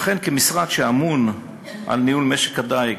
כמשרד הממונה על ניהול משק הדיג